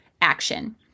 action